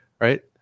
right